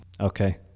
Okay